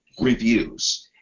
reviews